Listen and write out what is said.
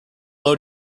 load